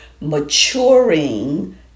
maturing